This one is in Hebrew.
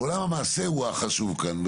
ועולם המעשה הוא החשוב כאן,